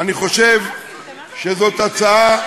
אני חושב שזאת הצעה,